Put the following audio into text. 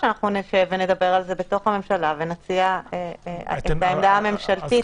שאנחנו נשב ונדבר על זה בתוך הממשלה ונציע עמדה ממשלתית,